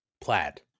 plaid